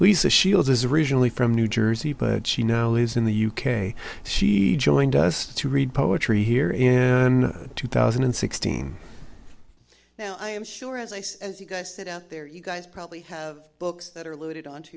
lisa shields is originally from new jersey but she now lives in the u k she joined us to read poetry here in two thousand and sixteen now i am sure as i said as you guys sit out there you guys probably have books that are loaded onto